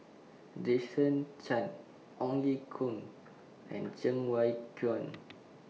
Jason Chan Ong Ye Kung and Cheng Wai Keung